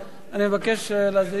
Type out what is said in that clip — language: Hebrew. אני מבקש להזעיק אותו.